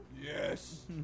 Yes